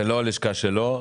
הלשכה שלו.